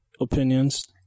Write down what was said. opinions